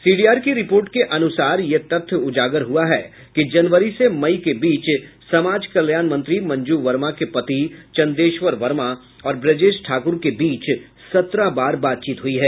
CDR की रिपोर्ट के अनुसार यह तथ्य उजागर हुआ है कि जनवरी से मई के बीच समाज कल्याण मंत्री मंजू वर्मा पति चंदेश्वर वर्मा और ब्रजेश ठाकुर के बीच सत्रह बार बातचीत हुई है